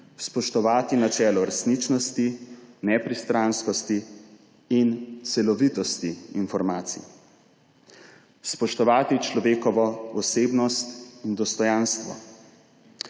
spoštovati načelo resničnosti, nepristranskosti in celovitosti informacij, spoštovati človekovo osebnost in dostojanstvo,